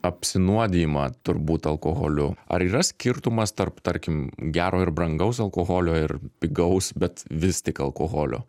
apsinuodijimą turbūt alkoholiu ar yra skirtumas tarp tarkim gero ir brangaus alkoholio ir pigaus bet vis tik alkoholio